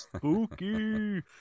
Spooky